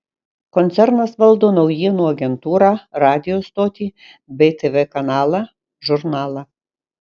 koncernas valdo naujienų agentūrą radijo stotį bei tv kanalą žurnalą